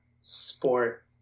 sport